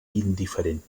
indiferent